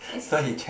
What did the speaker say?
excuse